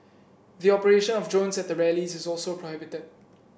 the operation of drones at the rallies is also prohibited